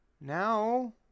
now